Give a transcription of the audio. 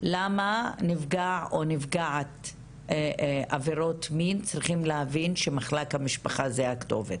למה נפגע או נפגעת עבירות מין צריכים להבין שמחלק משפחה זו הכתובת?